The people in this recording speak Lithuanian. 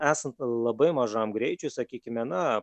esant labai mažam greičiui sakykime na